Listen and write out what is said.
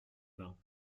bains